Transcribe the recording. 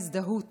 ההזדהות